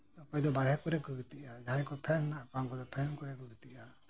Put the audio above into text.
ᱚᱠᱚᱭ ᱫᱚ ᱵᱟᱦᱨᱮ ᱠᱚᱨᱮ ᱠᱚ ᱜᱤᱛᱤᱡᱟ ᱟᱨ ᱡᱟᱸᱦᱟᱭ ᱠᱚ ᱯᱷᱮᱱ ᱢᱮᱱᱟᱜ ᱛᱟᱠᱚᱣᱟ ᱩᱱᱠᱩ ᱫᱚ ᱯᱷᱮᱱ ᱠᱚᱨᱮ ᱠᱚ ᱜᱤᱛᱤᱡᱟ